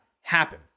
happen